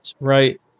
Right